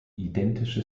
identische